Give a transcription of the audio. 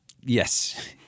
Yes